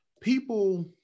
people